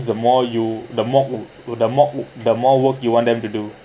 the more you the more who the more who the more work you want them to do